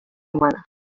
humanas